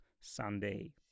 Sunday